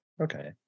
Okay